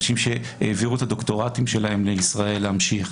אנשים שהעבירו את הדוקטורנטים לישראל להמשיך,